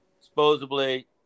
supposedly